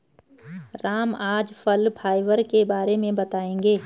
राम आज फल फाइबर के बारे में बताएँगे